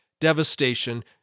devastation